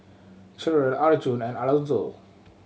Cherelle Arjun and Alonzo